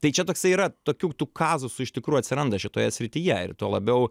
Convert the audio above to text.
tai čia toksai yra tokių tų kazusų iš tikrų atsiranda šitoje srityje ir tuo labiau